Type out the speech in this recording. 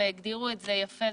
והגדירו את זה נכון יפה,